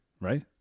right